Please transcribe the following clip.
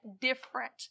different